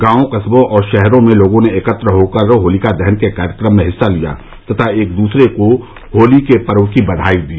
गांवों कस्बों और शहरो में लोगों ने एकत्र होकर होलिका दहन के कार्यक्रम में हिस्सा लिया तथा एक दूसरे को होली के पर्व की बधाई दी